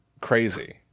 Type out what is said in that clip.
Crazy